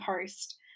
post